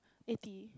eighty